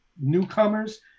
newcomers